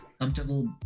comfortable